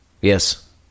Yes